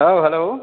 औ हेलौ